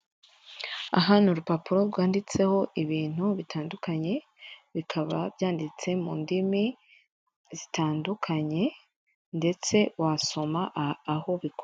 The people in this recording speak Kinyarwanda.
Aha ni urupapuro rwanditseho ibintu bitandukanye, bikaba byanditse mu ndimi zitandukanye ndetse wasoma aho bikorohera.